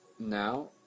Now